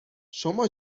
شما